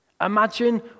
Imagine